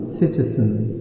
citizens